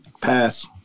Pass